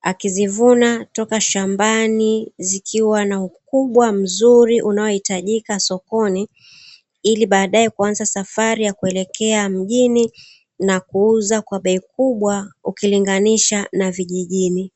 akizivuna toka shambani zikiwa na ukubwa mzuri unaohitajika sokoni. Ili baadae kuanza safari ya kuelekea mjini na kuuza kwa bei kubwa, ukilinganisha na vijijini.